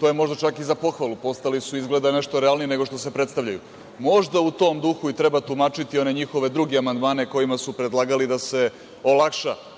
to je možda čak i za pohvalu. Postali su nešto realniji nego što se predstavljaju. Možda u tom duhu i treba tumačiti one njihove druge amandmane kojima su predlagali da se olakša